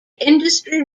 industry